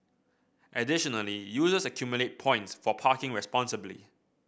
additionally users accumulate points for parking responsibly